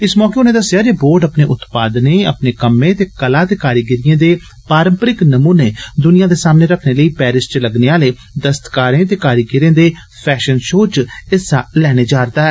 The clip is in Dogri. इस मौके उनें दस्सेआ जे बोर्ड अपने उत्पादनें अपने कम्मे ते कला ते कारीगिरी दे पारम्परिक नमूने दुनिया सामने रखने लेई पैरिस च लगने आले दस्तकारे ते कारीगिरें दे फैशन शो च हिस्सा लैने जारदा ऐ